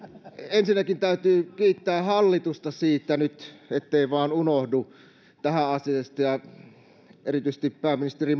ensinnäkin täytyy kiittää hallitusta nyt ettei vain unohdu tähänastisesta ja erityisesti pääministeri